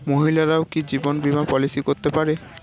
মহিলারাও কি জীবন বীমা পলিসি করতে পারে?